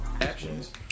Actions